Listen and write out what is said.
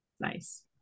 nice